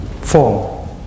form